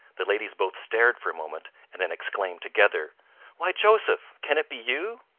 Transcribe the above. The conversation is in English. the ladies both stared for a moment, and then exclaimed together why, joseph! can it be you?